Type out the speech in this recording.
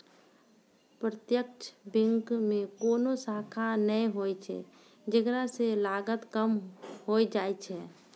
प्रत्यक्ष बैंको मे कोनो शाखा नै होय छै जेकरा से लागत कम होय जाय छै